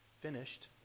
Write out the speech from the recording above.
finished